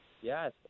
Yes